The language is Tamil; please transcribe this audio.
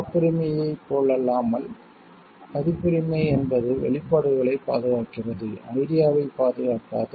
காப்புரிமையைப் போலல்லாமல் பதிப்புரிமை என்பது வெளிப்பாடுகளைப் பாதுகாக்கிறது ஐடியாவைப் பாதுகாக்காது